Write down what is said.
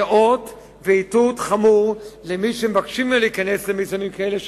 זה אות ואיתות חמור למי שמבקשים ממנו להיכנס למיזמים כאלה.